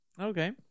Okay